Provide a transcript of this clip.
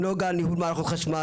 "נגה ניהול מערכות חשמל",